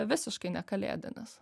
visiškai ne kalėdinis